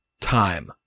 Time